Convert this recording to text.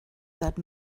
that